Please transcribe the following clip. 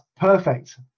perfect